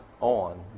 on